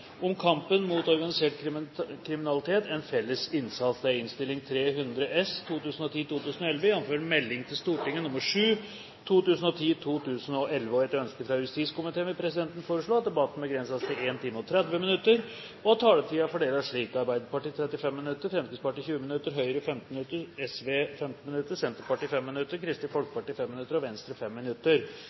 om ny fordelingsnøkkel for tippemidlene. Forslagene vil bli behandlet på reglementsmessig måte. Etter ønske fra justiskomiteen vil presidenten foreslå at debatten begrenses til 1 time og 30 minutter, og at taletiden fordeles slik: Arbeiderpartiet 35 minutter, Fremskrittspartiet 20 minutter, Høyre 15 minutter, Sosialistisk Venstreparti 5 minutter, Senterpartiet 5 minutter, Kristelig Folkeparti 5 minutter og Venstre 5 minutter.